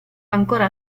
ancora